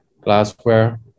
glassware